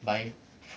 buy